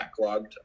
backlogged